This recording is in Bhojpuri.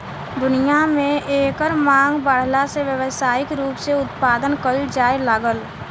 दुनिया में एकर मांग बाढ़ला से व्यावसायिक रूप से उत्पदान कईल जाए लागल